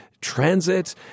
Transit